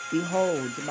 Behold